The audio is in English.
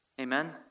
Amen